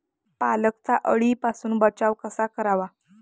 पालकचा अळीपासून बचाव कसा करावा?